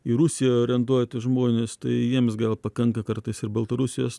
į rusiją orientuoti žmonės tai jiems gal pakanka kartais ir baltarusijos